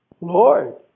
Lord